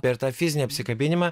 per tą fizinį apsikabinimą